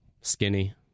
Skinny